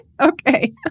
okay